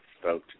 spoke